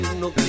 no